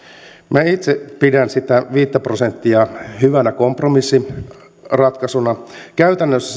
minä itse pidän sitä viittä prosenttia hyvänä kompromissiratkaisuna käytännössä